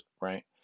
right